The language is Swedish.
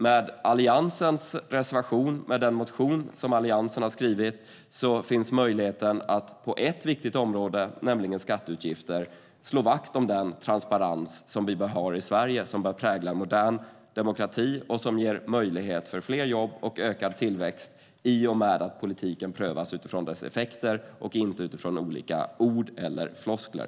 Med Alliansens reservation och den motion som Alliansen har väckt finns det möjlighet att på ett viktigt område, nämligen skatteutgifter, slå vakt om den transparens som vi bör ha i Sverige, som bör prägla en modern demokrati och som ger möjlighet för fler jobb och ökad tillväxt i och med att politiken prövas utifrån dess effekter och inte utifrån olika ord eller floskler.